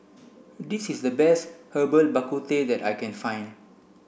this is the best Herbal Bak Ku Teh that I can find